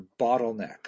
bottleneck